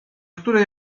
której